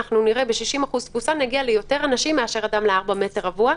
אנחנו נראה שב-60% תפוסה אנחנו נגיע ליותר אנשים מאשר אדם ל-4 מטר רבוע,